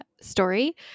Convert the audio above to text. story